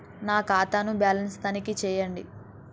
నా ఖాతా ను బ్యాలన్స్ తనిఖీ చేయండి?